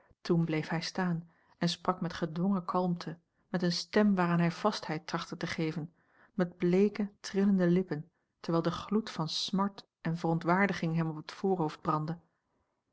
toen bleef hij staan en sprak met gedwongen kalmte met eene stem waaraan hij vastheid trachtte te geven met bleeke trillende lippen terwijl de gloed van smart en verontwaardiging hem op het voorhoofd brandde